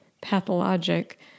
pathologic